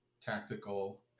tactical